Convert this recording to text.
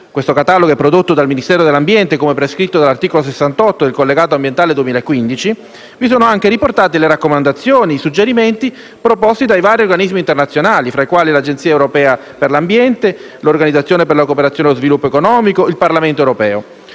predetto catalogo, prodotto dal Ministero dell'ambiente come prescritto dall'articolo 68 del collegato ambientale del 2015, vi sono anche riportati le raccomandazioni e i suggerimenti proposti da vari organismi internazionali, fra i quali l'Agenzia europea per l'ambiente, l'Organizzazione per la cooperazione e lo sviluppo economico e il Parlamento europeo.